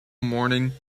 morning